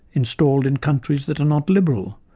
installed in countries that are not liberal,